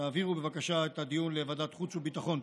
ותעבירו בבקשה את הדיון לוועדת החוץ והביטחון.